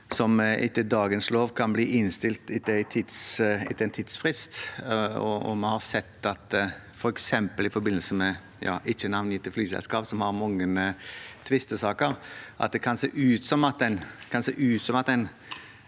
som etter dagens lov kan bli innstilt etter en tidsfrist. Vi har sett at det f.eks. i forbindelse med ikke-navngitte flyselskap som har mange tvistesaker, kan se ut som at en